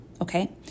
Okay